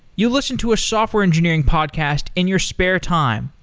you listen to a software engineering podcast in your spare time,